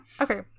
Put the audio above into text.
Okay